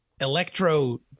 electro